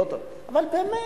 אבל באמת,